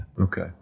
okay